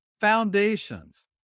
foundations